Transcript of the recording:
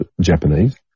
Japanese